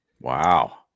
Wow